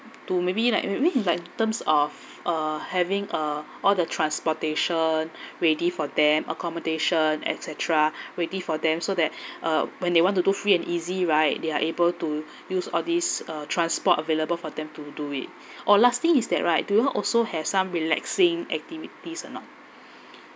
to maybe like maybe like in terms of uh having uh all the transportation ready for them accommodation et cetera ready for them so that uh when they want to do free and easy right they are able to use all these uh transport available for them to do it oh last thing is that right do you all also have some relaxing activities or not